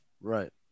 right